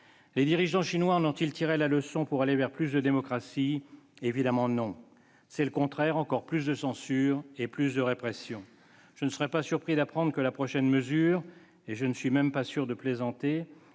Les dirigeants chinois en ont-ils tiré la leçon pour aller vers plus de démocratie ? Évidemment non, au contraire : on va vers encore plus de censure et de répression. Je ne serais pas surpris d'apprendre que la prochaine mesure- je ne suis même pas sûr de plaisanter